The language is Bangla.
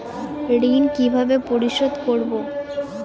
ঋণ কিভাবে পরিশোধ করব?